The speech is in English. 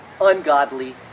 ungodly